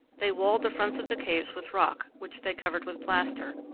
they walled the fronts of the caves with rock, which they covered with plaster,